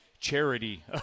charity